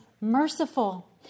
merciful